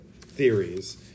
theories